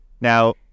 Now